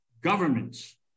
governments